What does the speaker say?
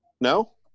No